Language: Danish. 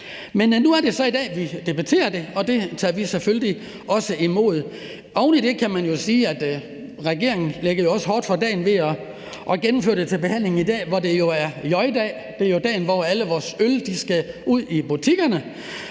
Men nu er det så i dag, vi debatterer det, og det tager vi selvfølgelig også imod. Oven i det kan man jo sige, at regeringen lægger hårdt fra land ved at sætte det til behandling i dag, hvor det jo er J-dag. Det er dagen, hvor alle vores dejlige juleøl skal ud i butikkerne